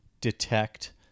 detect